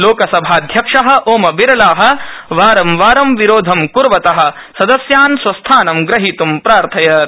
लोकसभाध्यक्ष ओमबिरला वारंवारं विरोधं क्र्वतः सदस्यान् स्वस्थानं ग्रहीत् प्रार्थयत